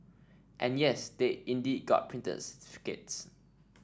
and yes they indeed got